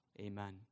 Amen